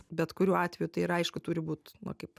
bet kuriuo atveju tai ir aišku turi būt nu kaip